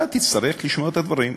אתה תצטרך לשמוע את הדברים.